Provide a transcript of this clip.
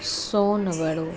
सोन वड़ो